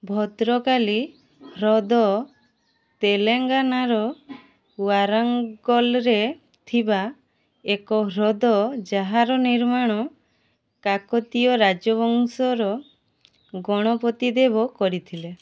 ଭଦ୍ରକାଲି ହ୍ରଦ ତେଲେଙ୍ଗାନାର ୱାରାଙ୍ଗଲରେ ଥିବା ଏକ ହ୍ରଦ ଯାହାର ନିର୍ମାଣ କାକତୀୟ ରାଜବଂଶର ଗଣପତି ଦେବ କରିଥିଲେ